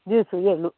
juice ಏಳು